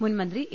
മുൻ മന്ത്രി എ